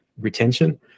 retention